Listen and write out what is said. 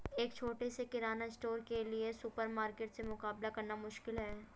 एक छोटे से किराना स्टोर के लिए सुपरमार्केट से मुकाबला करना मुश्किल है